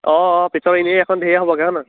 অঁ পিছত এনেই এইখন ধেৰ হ'বগৈ নহ্